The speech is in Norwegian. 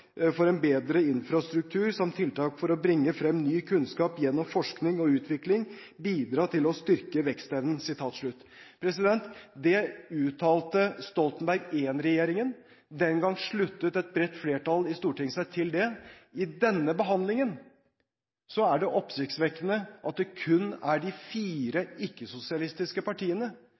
for en bedret infrastruktur, samt tiltak for å bringe fram ny kunnskap gjennom forskning og utvikling, bidra til å styrke vekstevnen.» Dette uttalte Stoltenberg I-regjeringen. Den gang sluttet et bredt flertall i Stortinget seg til det. I denne behandlingen er det oppsiktsvekkende at det kun er de fire ikke-sosialistiske partiene